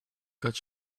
cut